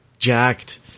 jacked